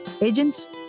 agents